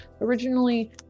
originally